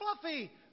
fluffy